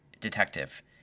detective